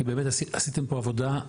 כי באמת עשיתם פה עבודה,